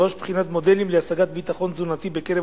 3. בחינת מודלים להשגת ביטחון תזונתי בקרב